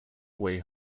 way